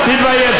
תודה, אדוני.